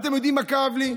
אתם יודעים מה כאב לי?